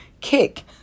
kick